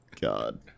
God